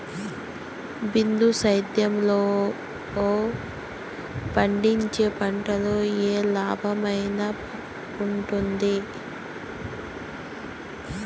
బిందు సేద్యము లో పండించే పంటలు ఏవి లాభమేనా వుంటుంది?